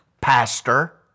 pastor